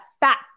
fat